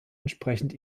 entsprechend